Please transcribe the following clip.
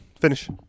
Finish